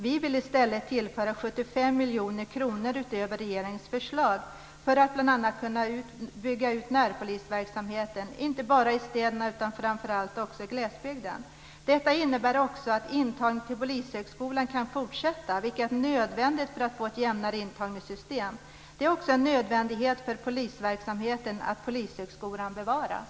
Vi vill i stället tillföra 75 miljoner kronor utöver regeringens förslag för att bl.a. kunna bygga ut närpolisverksamheten, inte bara i städerna utan framför allt också i glesbygden. Detta innebär också att intagningen till Polishögskolan kan fortsätta, vilket är nödvändigt för att få ett jämnare intagningssystem. Det är också en nödvändighet för polisverksamheten att Polishögskolan bevaras."